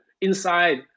inside